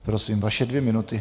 Prosím, vaše dvě minuty.